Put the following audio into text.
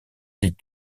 des